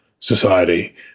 society